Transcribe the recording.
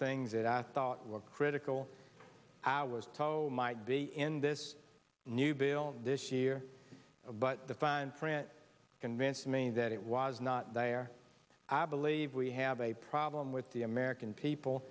things that i thought were critical hours might be in this new bill this year but the fine print convince me that it was not there i believe we have a problem with the american people